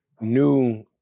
new